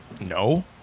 No